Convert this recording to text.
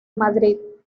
madrid